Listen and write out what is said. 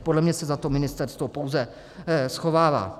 Podle mě se za to ministerstvo pouze schovává.